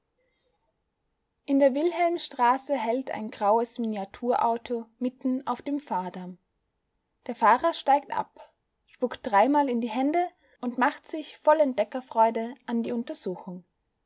in der wilhelmstraße hält ein graues miniaturauto mitten auf dem fahrdamm der fahrer steigt ab spuckt dreimal in die hände und macht sich voll entdeckerfreude an die untersuchung